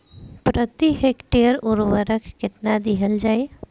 प्रति हेक्टेयर उर्वरक केतना दिहल जाई?